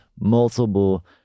multiple